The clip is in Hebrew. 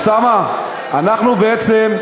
בעצם,